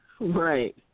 Right